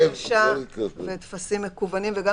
בוא --- זו הייתה בקשה של טפסים מקוונים וגם